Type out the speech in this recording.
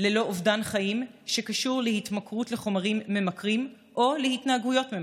ללא אובדן חיים שקשור להתמכרות לחומרים ממכרים או להתנהגויות ממכרות.